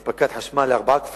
אספקת חשמל לארבעה כפרים,